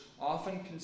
often